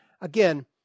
again